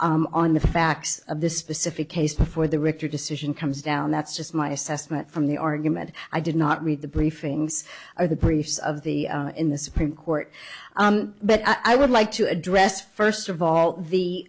case on the facts of the specific case before the rector decision comes down that's just my assessment from the argument i did not read the briefings or the briefs of the in the supreme court but i would like to address first of all the